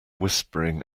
whispering